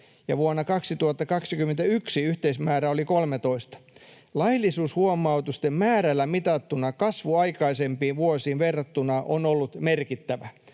ja vuonna 2021 yhteismäärä oli 13. Laillisuushuomautusten määrällä mitattuna kasvu aikaisempiin vuosiin verrattuna on ollut merkittävä.”